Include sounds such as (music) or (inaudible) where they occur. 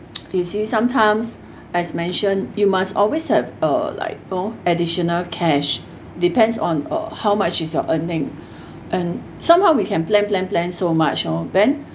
(noise) you see sometimes as mentioned you must always have a like know additional cash depends on uh how much is your earning and somehow we can plan plan plan so much orh then